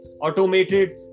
automated